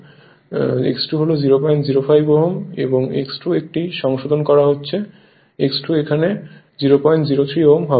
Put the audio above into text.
X2 এটি সংশোধন করা হয়েছে X2 এখানে এটি 003 Ω হবে